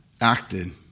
acted